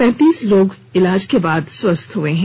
पैंतीस लोग इलाज के बाद स्वस्थ हुए हैं